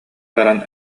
баран